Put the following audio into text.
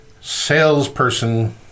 salesperson